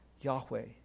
Yahweh